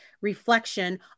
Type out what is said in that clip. reflection